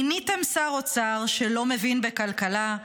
מיניתם שר אוצר שלא מבין בכלכלה,